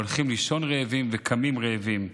הולכים לישון רעבים וקמים רעבים.